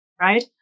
right